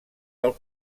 del